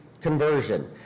conversion